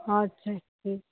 ਅੱਛਾ ਜੀ ਠੀਕ